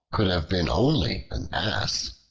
could have been only an ass.